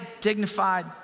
dignified